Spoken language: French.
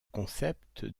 concept